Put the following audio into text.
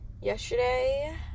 yesterday